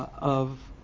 of,